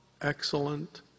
excellent